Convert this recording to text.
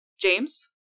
James